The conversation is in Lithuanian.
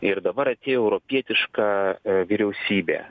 ir dabar atėjo europietiška vyriausybė